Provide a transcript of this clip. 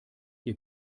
ihr